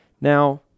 Now